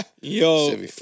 Yo